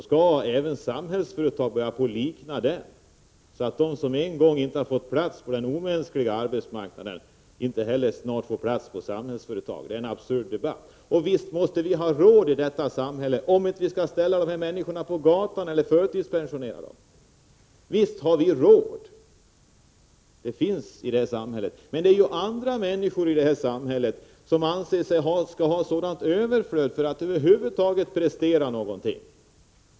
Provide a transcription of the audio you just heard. Skall då även Samhällsföretag börja likna den, så att de som en gång inte har fått plats på den omänskliga arbetsmarknaden snart inte heller får plats inom Samhällsföretag? Det är en absurd debatt! Och visst måste vi ha råd i detta samhälle — om vi inte skall ställa dessa människor på gatan eller förtidspensionera dem — att erbjuda dem denna typ av arbete. Men det finns andra människor i det här samhället som anser att de måste ha ett överflöd för att över huvud taget prestera någonting.